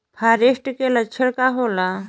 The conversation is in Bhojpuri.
फारेस्ट के लक्षण का होला?